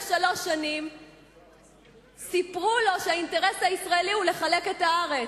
שלוש שנים סיפרו לו שהאינטרס הישראלי הוא לחלק את הארץ.